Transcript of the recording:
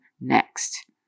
next